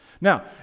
Now